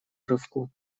рывку